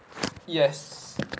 yes